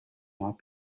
not